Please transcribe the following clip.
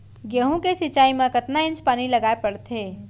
गेहूँ के सिंचाई मा कतना इंच पानी लगाए पड़थे?